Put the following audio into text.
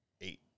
eight